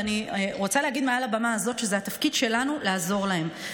ואני רוצה להגיד מעל הבמה הזאת שהתפקיד שלנו לעזור להן,